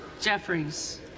Jeffries